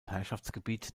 herrschaftsgebiet